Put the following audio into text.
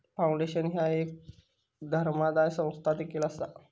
foundation ह्या एक धर्मादाय संस्था देखील असा